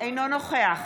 אינו נוכח